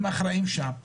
הם אחראים שם,